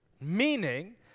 Meaning